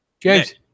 James